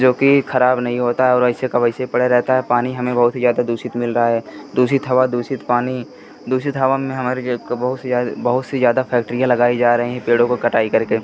जोकि ख़राब नहीं होता है और वैसे का वैसे ही पड़े रहता है पानी हमें बहुत ही ज़्यादा दूषित मिल रहा है दूषित हवा दूषित पानी दूषित हवा में हमारी जो एक बहुत सी बहुत सी ज़्यादा फैक्ट्रियाँ लगाई जा रही हैं पेड़ों को कटाई करके